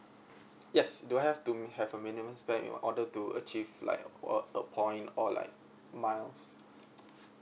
yes do I have to have a minimum spend in order to achieve like what a point or like miles